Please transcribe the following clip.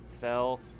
fell